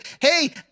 hey